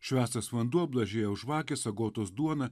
švęstas vanduo blažiejaus žvakės agotos duona